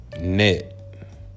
Net